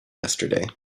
yesterday